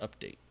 update